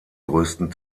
größten